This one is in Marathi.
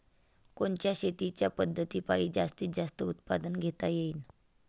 कोनच्या शेतीच्या पद्धतीपायी जास्तीत जास्त उत्पादन घेता येईल?